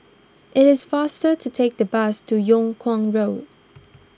it is faster to take the bus to Yung Kuang Road